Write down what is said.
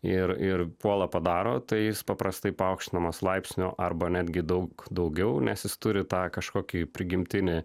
ir ir puola padaro tai jis paprastai paaukštinamas laipsniu arba netgi daug daugiau nes jis turi tą kažkokį prigimtinį